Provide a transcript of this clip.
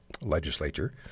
legislature